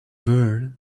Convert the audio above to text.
world